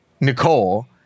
Nicole